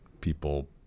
people